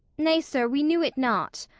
nay, sir, we knew it not.